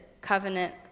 covenant